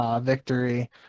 victory